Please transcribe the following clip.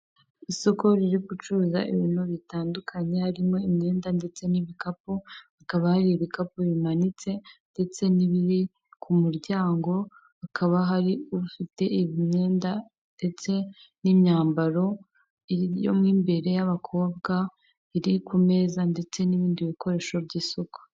Isoko riri gucuruza ibintu bitandukanye, harimo imyenda ndetse n'ibikapu, hakaba hari ibikapu bimanitse ndetse n'ibiri ku muryango, hakaba hari ufite imyenda ndetse n'imyambaro yo mu imbere y'abakobwa iri ku meza ndetse n'ibindi bikoresho by'isuku.